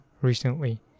recently